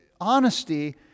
Honesty